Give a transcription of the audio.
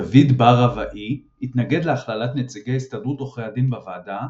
דוד בר-רב-האי התנגד להכללת נציג הסתדרות עורכי הדין בוועדה,